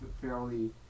fairly